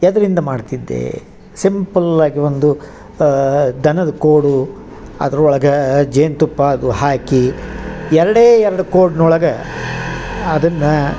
ಎದ್ರಿಂದ ಮಾಡ್ತಿದ್ದೇ ಸಿಂಪಲ್ ಆಗಿ ಒಂದು ದನದ ಕೋಡು ಅದ್ರೊಳಗೆ ಜೇನು ತುಪ್ಪ ಅದು ಹಾಕಿ ಎರಡೇ ಎರಡು ಕೋಡ್ನೊಳಗ ಅದನ್ನ